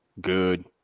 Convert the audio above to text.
Good